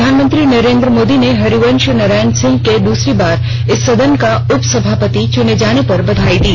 प्रधानमंत्री नरेंद्र मोदी ने हरिवंश नारायण सिंह के दूसरी बार इस सदन का उपसभापति चुने जाने पर बधाई दी